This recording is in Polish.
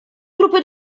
trupy